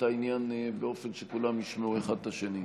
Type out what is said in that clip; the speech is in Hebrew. העניין באופן שכולם ישמעו אחד את השני.